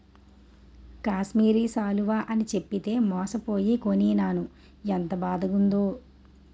కాశ్మీరి శాలువ అని చెప్పితే మోసపోయి కొనీనాను ఎంత బాదగుందో